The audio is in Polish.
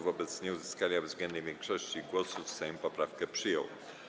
Wobec nieuzyskania bezwzględnej większości głosów Sejm poprawkę przyjął.